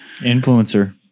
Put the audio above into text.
influencer